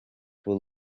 will